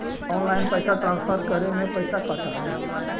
Online पैसा transfer करे में पैसा कटा है?